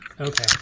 Okay